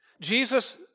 Jesus